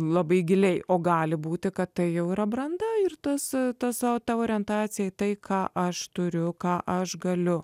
labai giliai o gali būti kad tai jau yra branda ir tas tas ta orientacija į tai ką aš turiu ką aš galiu